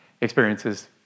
experiences